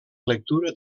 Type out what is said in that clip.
lectura